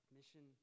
Mission